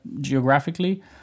geographically